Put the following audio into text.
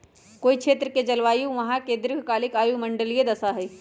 कोई क्षेत्र के जलवायु वहां के दीर्घकालिक वायुमंडलीय दशा हई